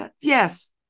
yes